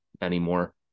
anymore